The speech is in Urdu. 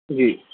جی